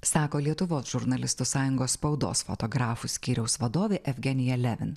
sako lietuvos žurnalistų sąjungos spaudos fotografų skyriaus vadovė evgenija levin